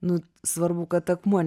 nu svarbu kad akmuo